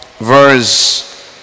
verse